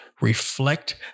reflect